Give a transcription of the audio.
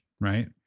Right